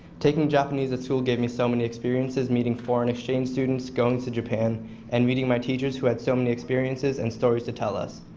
taking japanese at school gave me so many experiences, meeting foreign exchange students, going to japan and meeting my teachers who had so many experiences and stories to tell us.